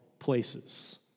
Places